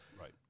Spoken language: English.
right